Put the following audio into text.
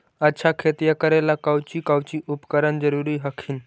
अच्छा खेतिया करे ला कौची कौची उपकरण जरूरी हखिन?